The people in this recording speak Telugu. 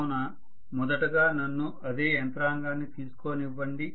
కావున మొదటగా నన్ను అదే యంత్రాంగాన్ని తీసుకొనివ్వండి